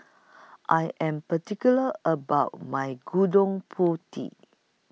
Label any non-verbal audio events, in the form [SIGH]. [NOISE] I Am particular about My Gudon Putih